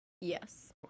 Yes